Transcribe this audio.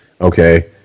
Okay